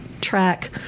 track